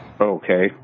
Okay